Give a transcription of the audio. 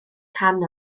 can